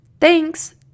Thanks